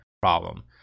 problem